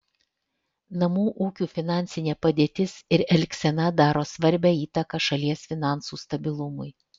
namų ūkių finansinė padėtis ir elgsena daro svarbią įtaką šalies finansų stabilumui